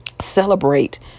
celebrate